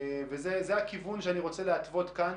זה הכיוון שאני רוצה להתוות כאן,